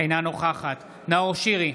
אינה נוכחת נאור שירי,